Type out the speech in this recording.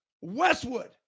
Westwood